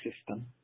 system